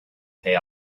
pay